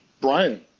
Brian